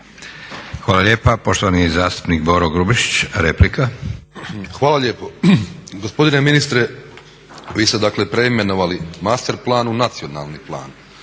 Hvala lijepa. Poštovani zastupnik Boro Grubišić, replika. **Grubišić, Boro (HDSSB)** Hvala lijepo. Gospodine ministre, vi ste dakle preimenovali masterplan u nacionalni plan.